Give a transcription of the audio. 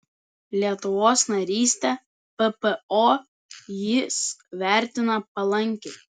lietuvos narystę ppo jis vertina palankiai